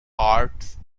parts